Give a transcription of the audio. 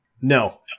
no